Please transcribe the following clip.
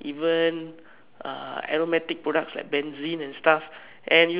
even ah aromatic product such as benzene and stuff and